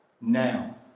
now